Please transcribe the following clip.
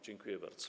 Dziękuję bardzo.